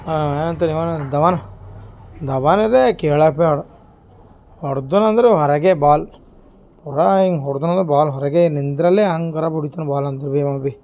ಏನಂತನ್ ಇವ ಧವನ್ ಧವನ್ ಅರೆ ಕೇಳಕ್ ಬೇಡ ಹೊಡ್ದವನಂದ್ರೆ ಹೊರಗೆ ಬಾಲ್ ಪುರಾ ಹಿಂಗೆ ಹೊಡ್ದವನಂದ್ರೆ ಬಾಲ್ ಹೊರಗೆ ನಿಂದ್ರಲ್ಲೆ ಹಂಗ್ ಕರಾಬ್ ಹೊಡಿತಾನೆ ಬಾಲ್ ಅಂದರೆ ಬಿ ಅವನು ಬಿ